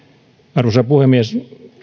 arvoisa puhemies